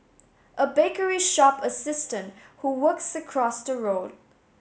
a bakery shop assistant who works across the road